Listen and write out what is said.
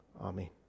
Amen